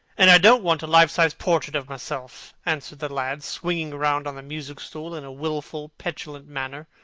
and i don't want a life-sized portrait of myself, answered the lad, swinging round on the music-stool in a wilful, petulant manner.